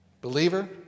Believer